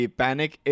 panic